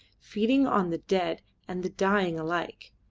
feeding on the dead and the dying alike,